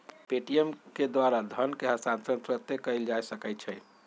Paytm के द्वारा धन के हस्तांतरण तुरन्ते कएल जा सकैछइ